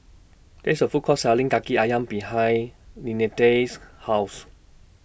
There IS A Food Court Selling Kaki Ayam behind Linette's House